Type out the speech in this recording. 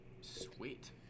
Sweet